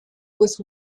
was